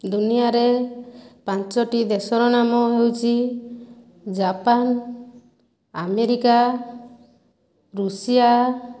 ଦୁନିଆରେ ପାଞ୍ଚଟି ଦେଶର ନାମ ହେଉଛି ଜାପାନ ଆମେରିକା ଋଷିଆ